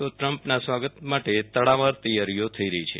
તો ટ્રમ્પના સ્વાગત માટે તડામાર તૈયારીઓ થઈ રહી છે